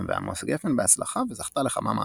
ועמוס גפן בהצלחה וזכתה לכמה מהדורות.